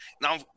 Now